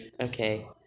Okay